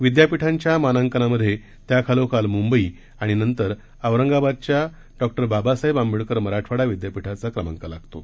विद्यापीठांच्या मानांकनांमधे त्याखालोखाल मुंबई आणि नंतर औरंगाबादच्या बाबासाहेब आंबेडकर मराठवाडा विद्यापीठाचा क्रमांक लागतो